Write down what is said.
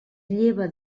lleva